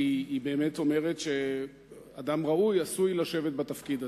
כי היא באמת אומרת שאדם ראוי עשוי לשבת בתפקיד הזה.